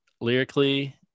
lyrically